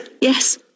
Yes